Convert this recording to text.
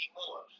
more